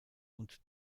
und